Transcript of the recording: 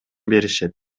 беришет